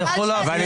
אבל היא